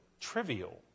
trivial